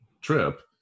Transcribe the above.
trip